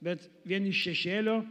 bet vien iš šešėlio